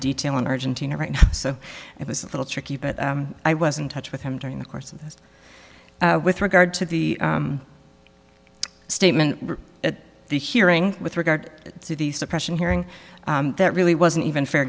detail in argentina right now so it was a little tricky but i wasn't touch with him during the course of this with regard to the statement at the hearing with regard to the suppression hearing that really wasn't even fair